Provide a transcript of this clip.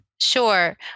Sure